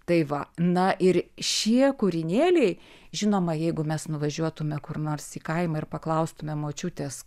tai va na ir šie kūrinėliai žinoma jeigu mes nuvažiuotume kur nors į kaimą ir paklaustume močiutės